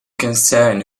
concern